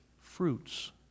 fruits